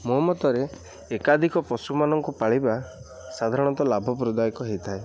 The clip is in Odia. ମୋ ମତରେ ଏକାଧିକ ପଶୁମାନଙ୍କୁ ପାଳିବା ସାଧାରଣତଃ ଲାଭପ୍ରଦାୟକ ହେଇଥାଏ